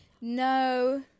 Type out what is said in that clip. no